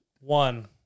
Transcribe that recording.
One